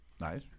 Nice